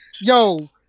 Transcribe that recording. Yo